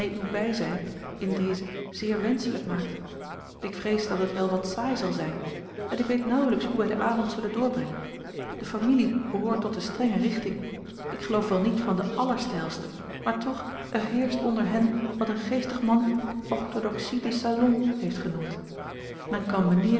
uw bijzijn in deze zeer wenschelijk maakt ik vrees dat het wel wat saai zal zijn en ik weet nauwelijks hoe wij den avond zullen doorbrengen de familie behoort tot de strenge richting ik geloof wel niet van de allersteilste maar toch er heerscht onder hen wat een geestig man orthodoxie de salon heeft genoemd men